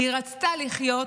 היא רצתה לחיות,